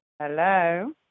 Hello